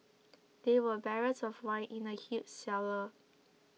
there were barrels of wine in the huge cellar